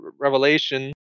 revelation